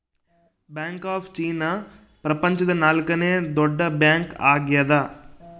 bank of China ಪ್ರಪಂಚದ ನಾಲ್ಕನೆ ದೊಡ್ಡ ಬ್ಯಾಂಕ್ ಆಗ್ಯದ